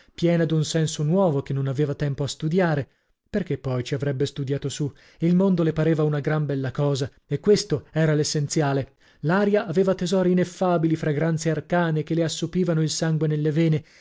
piena d'un senso nuovo che non aveva tempo a studiare perchè poi ci avrebbe studiato su il mondo le pareva una gran bella cosa e questo era l'essenziale l'aria aveva tesori ineffabili fragranze arcane che le assopivano il sangue nelle vene